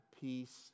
Peace